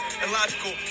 Illogical